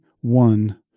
One